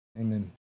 amen